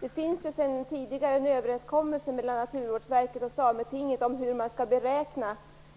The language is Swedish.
Det finns sedan tidigare en överenskommelse mellan Naturvårdsverket och Sametinget om hur man skall beräkna